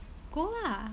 go lah